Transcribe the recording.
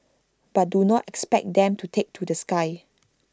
but do not expect them to take to the sky